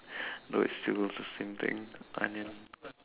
though it still is the same thing onion